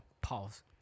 Pause